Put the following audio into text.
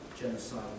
genocide